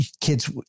kids